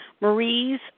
Marie's